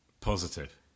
Positive